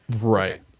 Right